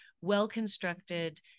well-constructed